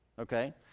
okay